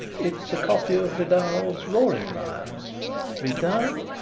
it is a copy of vidal's roaring lion vidal?